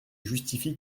justifie